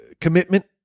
commitment